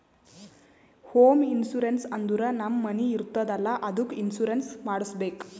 home insurance ಅಂದುರ್ ನಮ್ ಮನಿ ಇರ್ತುದ್ ಅಲ್ಲಾ ಅದ್ದುಕ್ ಇನ್ಸೂರೆನ್ಸ್ ಮಾಡುಸ್ಬೇಕ್